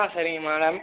ஆ சரிங்க மேடம்